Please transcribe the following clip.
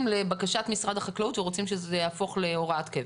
לבקשת משרד החקלאות ורוצים שזה יהפוך להוראת קבע.